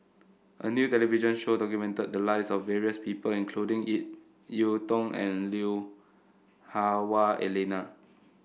a new television show documented the lives of various people including Ip Yiu Tung and Lui Hah Wah Elena